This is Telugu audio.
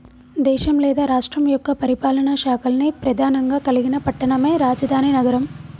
దేశం లేదా రాష్ట్రం యొక్క పరిపాలనా శాఖల్ని ప్రెధానంగా కలిగిన పట్టణమే రాజధాని నగరం